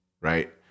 Right